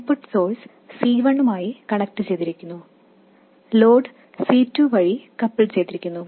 input source C1 മായി കണക്റ്റുചെയ്തിരിക്കുന്നു load C2 വഴി കപ്പിൾ ചെയ്തിരിക്കുന്നു